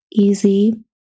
easy